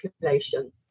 population